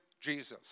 Jesus